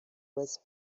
was